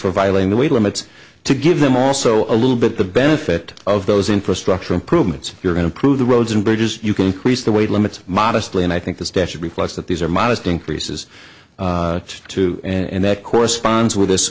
for violating the weight limits to give them also a little bit the benefit of those infrastructure improvements you're going to prove the roads and bridges you can increase the weight limits modestly and i think the statute reflects that these are modest increases too and that corresponds with this